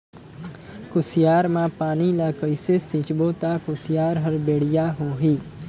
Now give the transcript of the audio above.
कुसियार मा पानी ला कइसे सिंचबो ता कुसियार हर बेडिया होही?